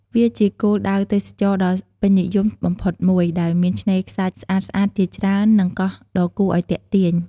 វាជាគោលដៅទេសចរណ៍ដ៏ពេញនិយមបំផុតមួយ ដោយមានឆ្នេរខ្សាច់ស្អាតៗជាច្រើន និងកោះដ៏គួរឱ្យទាក់ទាញ។